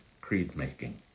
creed-making